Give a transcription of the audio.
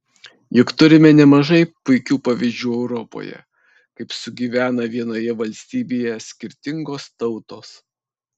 juk turime nemažai puikių pavyzdžių europoje kaip sugyvena vienoje valstybėje skirtingos tautos